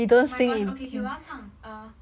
oh my gosh okay okay 我要唱 uh